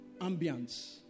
ambience